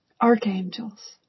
archangels